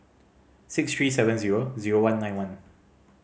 six three seven zero zero one nine one